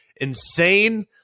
insane